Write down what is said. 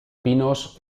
pinos